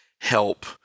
help